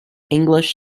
english